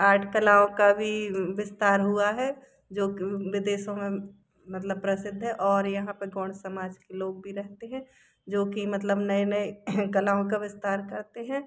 art कलाओं का भी विस्तार हुआ है जो विदेशों में मतलब प्रसिद्ध है और यहाँ पे गौंड समाज के लोग भी रहते हैं जो कि मतलब नए नए कलाओं का विस्तार करते हैं